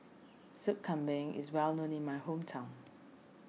Sup Kambing is well known in my hometown